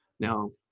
now,